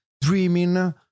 dreaming